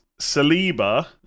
Saliba